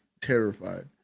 terrified